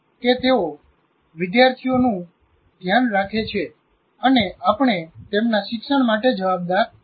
કે તેઓ વિદ્યાર્થીઓનું ધ્યાન રાખે છે અને આપણે તેમના શિક્ષણ માટે જવાબદાર છીએ